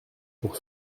pour